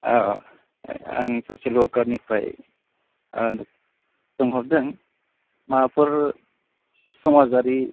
औ आं ससियेल वार्कारनिफ्राय सोंहरदों माबाफोर समाजारि